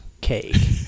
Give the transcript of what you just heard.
cake